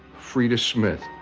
frida smith.